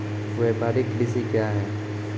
व्यापारिक कृषि क्या हैं?